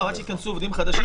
עד שייכנסו עובדים חדשים.